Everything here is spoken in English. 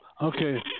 Okay